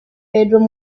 bedroom